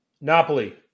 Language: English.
Napoli